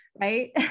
Right